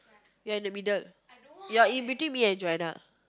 you are in the middle you are in between me and Joanna